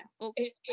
Okay